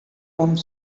home